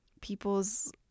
people's